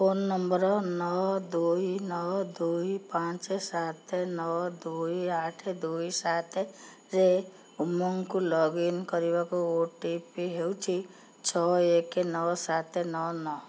phone number ନଅ ଦୁଇ ନଅ ଦୁଇ ପାଞ୍ଚ ସାତ ନଅ ଦୁଇ ଆଠ ଦୁଇ ସାତ ରେ ଉମଙ୍ଗକୁ ଲଗ୍ ଇନ୍ କରିବାକୁ ଓ ଟି ପି ହେଉଛି ଛଅ ଏକ ନଅ ସାତ ନଅ ନଅ